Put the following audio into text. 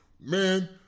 Man